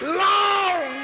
long